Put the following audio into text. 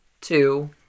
two